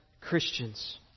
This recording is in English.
Christians